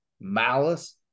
malice